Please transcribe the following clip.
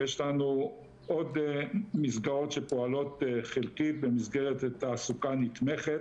יש לנו עוד מסגרות שפועלות חלקית במסגרת תעסוקה נתמכת